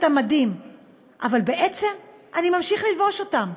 המדים אבל בעצם אני ממשיך ללבוש אותם.